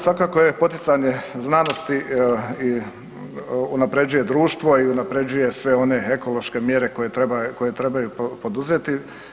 Svakako je poticanje znanosti i unaprjeđuje društvo i unaprjeđuje sve one ekološke mjere koje trebaju poduzeti.